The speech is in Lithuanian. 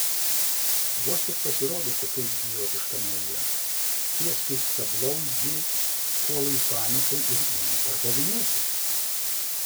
vos tik pasirodo kokia idiotiška naujiena tie skystablauzdžiai puola į paniką ir ima pardavinėti